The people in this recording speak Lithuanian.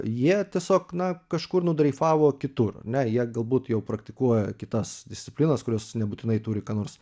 jie tiesiog na kažkur nudreifavo kitur ar ne jie galbūt jau praktikuoja kitas disciplinas kurios nebūtinai turi ką nors